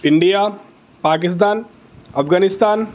India Pakistan Afghanistan